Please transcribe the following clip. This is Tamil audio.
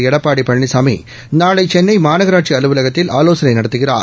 எடப்பாடி பழனிசாமி நாளை சென்னை மாநகராட்சி அலுவலகத்தில் ஆலோசனை நடத்துகிறார்